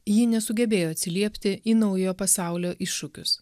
ji nesugebėjo atsiliepti į naujojo pasaulio iššūkius